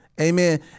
amen